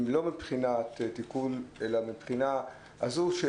לא מבחינת תיקון אלא מבחינת התקשורת.